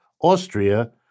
Austria